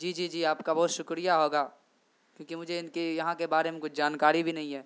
جی جی جی آپ کا بہت شکریہ ہوگا کیونکہ مجھے ان کی یہاں کے بارے میں کچھ جانکاری بھی نہیں ہے